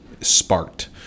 sparked